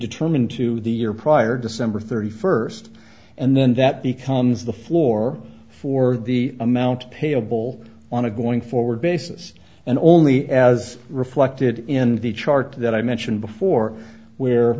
to term into the year prior december thirty first and then that becomes the floor for the amount payable on a going forward basis and only as reflected in the chart that i mentioned before where